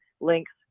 links